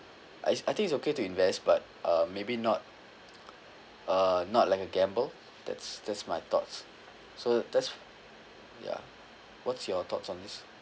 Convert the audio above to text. I j~ I think it's okay to invest but um maybe not uh not like a gamble that's that's my thoughts so that's ya what's your thoughts on this